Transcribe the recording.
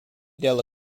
della